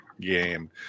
game